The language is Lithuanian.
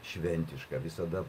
šventiška visada